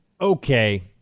Okay